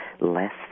less